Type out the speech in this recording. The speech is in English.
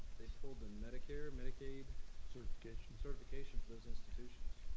they pulled the medicare medicaid certification certification for those institutions.